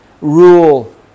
rule